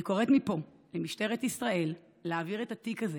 אני קוראת מפה למשטרת ישראל להעביר את התיק הזה,